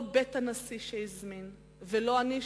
לא בית הנשיא שהזמין ולא אני,